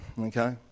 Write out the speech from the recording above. okay